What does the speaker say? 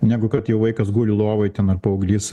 negu kad jau vaikas guli lovoj ten ar paauglys